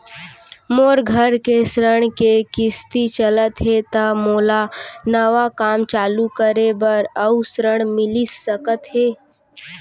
मोर घर के ऋण के किसती चलत हे ता का मोला नवा काम चालू करे बर अऊ ऋण मिलिस सकत हे?